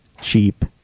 cheap